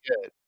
good